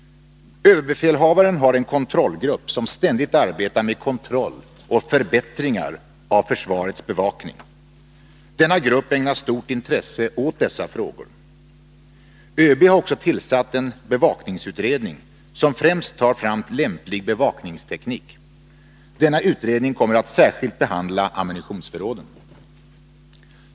ÖB har en kontrollgrupp som ständigt arbetar med kontroll och förbättringar av försvarets bevakning. Denna grupp ägnar stort intresse åt dessa frågor. ÖB har också tillsatt en bevakningsutredning, som främst tar fram lämplig bevakningsteknik. Denna utredning kommer att särskilt behandla ammunitionsförråden.